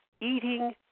eating